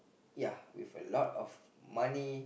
ya with a lot of money